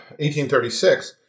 1836